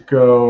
go